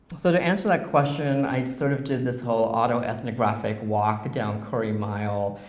so to answer that question i sort of did this whole auto ethnic raqfic walk down curry mile,